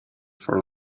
for